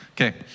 okay